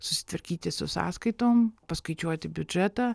susitvarkyti su sąskaitom paskaičiuoti biudžetą